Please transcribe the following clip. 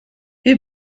wir